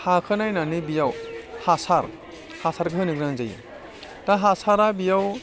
हाखौ नायनानै बियाव हासार हासार होनो गोनां जायो दा हासारा बेयाव